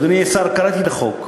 אדוני השר, קראתי את החוק.